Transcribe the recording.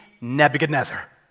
Nebuchadnezzar